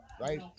right